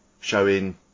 showing